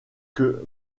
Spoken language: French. que